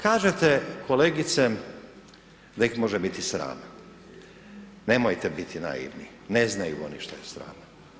Kažete kolegice da ih može biti sram, nemojte biti naivni, ne znaju oni što je sram.